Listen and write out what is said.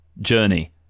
journey